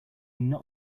not